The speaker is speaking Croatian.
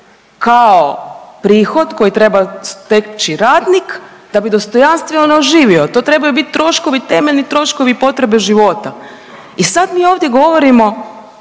kao prihod koji treba steći radnik da bi dostojanstveno živio, to trebaju bit troškovi, temeljni troškovi potrebe života. I sad mi ovdje govorimo